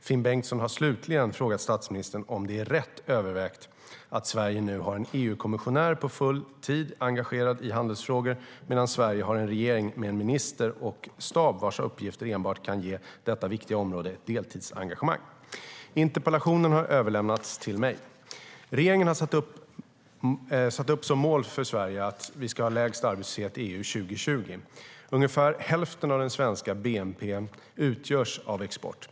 Finn Bengtsson har slutligen frågat statsministern om det är rätt övervägt att Sverige nu har en EU-kommissionär på full tid engagerad i handelsfrågor, medan Sverige har en regering med en minister och stab vars uppgifter enbart kan ge detta viktiga område ett deltidsengagemang. Interpellationen har överlämnats till mig. Regeringen har satt upp som mål att Sverige ska ha lägst arbetslöshet i EU år 2020. Ungefär hälften av den svenska bnp:n utgörs av export.